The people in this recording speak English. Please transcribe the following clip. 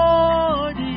Lord